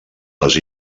les